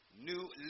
New